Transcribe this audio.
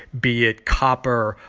be it copper,